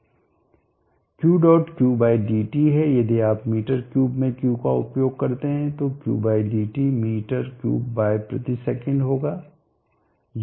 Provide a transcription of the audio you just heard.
Q dot Qdt है यदि आप m3 में Q का उपयोग करते हैं तो Qdt मीटर क्यूब बाय प्रति सेकंड होगा